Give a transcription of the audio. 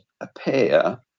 appear